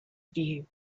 view